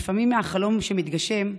נפעמים מהחלום שמתגשם.